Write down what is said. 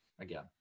again